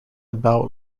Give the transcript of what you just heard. about